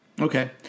Okay